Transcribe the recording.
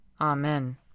Amen